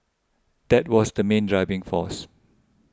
that was the main driving force